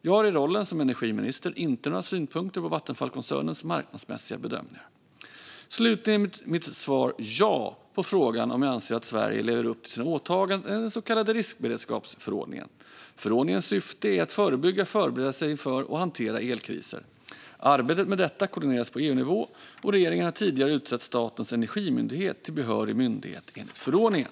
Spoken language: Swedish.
Jag har i rollen som energiminister inte några synpunkter på Vattenfallkoncernens marknadsmässiga bedömningar. Slutligen är mitt svar ja på frågan om jag anser att Sverige lever upp till sina åtaganden enligt den så kallade riskberedskapsförordningen. Förordningens syfte är att förebygga, förbereda sig inför och hantera elkriser. Arbetet med detta koordineras på EU-nivå, och regeringen har tidigare utsett Statens energimyndighet till behörig myndighet enligt förordningen.